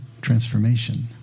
transformation